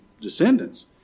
descendants